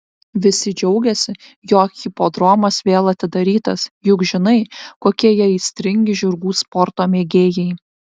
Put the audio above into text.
visi džiaugiasi jog hipodromas vėl atidarytas juk žinai kokie jie aistringi žirgų sporto mėgėjai